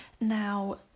now